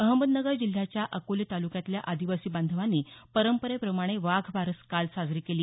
अहमदनगर जिल्ह्याच्या अकोले तालुक्यातल्या आदिवासी बांधवांनी परंपरेप्रमाणे वाघबारस काल साजरी केली